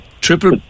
triple